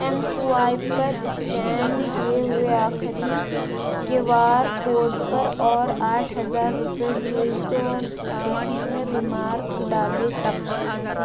M swiper scan کیے ہوئے آخری کیو آر کوڈ پر اور آٹھ ہزار روپے بھیج دو اور ساتھ میں ریمارک ڈالو ٹپ